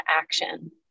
action